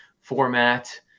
format